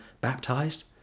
baptized